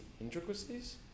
intricacies